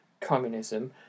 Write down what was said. communism